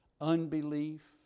unbelief